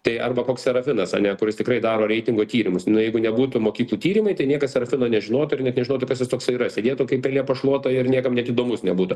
tai arba koks serafinas ane kuris tikrai daro reitingo tyrimus na jeigu nebūtų mokyklų tyrimai tai niekas serafino nežinotų ir net nežinotų kas jis toksai yra sėdėtų kaip pelė po šluota ir niekam net įdomus nebūtų